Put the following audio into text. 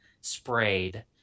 sprayed